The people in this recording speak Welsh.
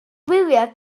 wylio